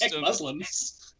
muslims